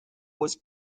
was